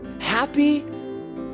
happy